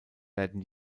werden